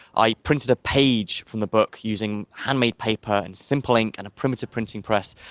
i printed a page from the book using hand-made paper, and simple ink and a primitive printing press.